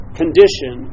condition